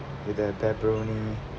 with that pepperoni